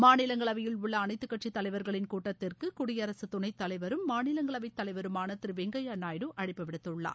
மாநிலங்களவையில் உள்ள அனைத்துக் கட்சித் தலைவர்களின் கூட்டத்திற்கு குடியரசு துணைத்தலைவரும் மாநிலங்களவை தலைவருமான திரு வெங்கையா நாயுடு அழைப்பு விடுத்துள்ளார்